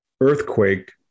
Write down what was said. earthquake